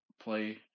play